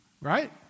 Right